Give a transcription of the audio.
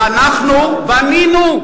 אנחנו בנינו,